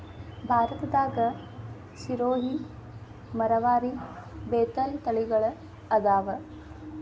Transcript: ಭಾರತದಾಗ ಸಿರೋಹಿ, ಮರವಾರಿ, ಬೇತಲ ತಳಿಗಳ ಅದಾವ